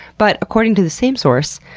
but according to the same source,